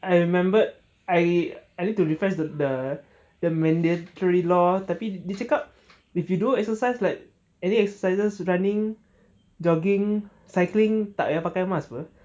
I remembered I I need to refresh the the the mandatory law tapi dia cakap difficult if you doing exercise like any exercises running jogging cycling tak payah pakai mask [pe]